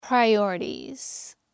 priorities